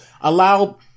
allow